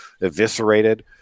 eviscerated